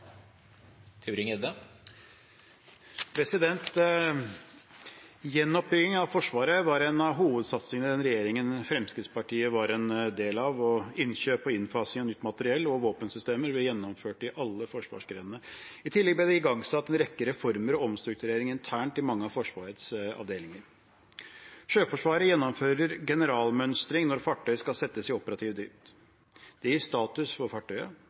Forsvaret var en av hovedsatsingene i den regjeringen Fremskrittspartiet var en del av, og innkjøp og innfasing av nytt materiell og våpensystemer ble gjennomført i alle forsvarsgrenene. I tillegg ble det igangsatt en rekke reformer og omstrukturering internt i mange av Forsvarets avdelinger. Sjøforsvaret gjennomfører generalmønstring når fartøy skal settes i operativ drift. Det gir status for fartøyet